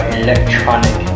electronic